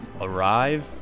arrive